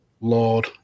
Lord